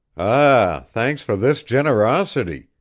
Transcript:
ah, thanks for this generosity,